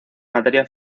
materia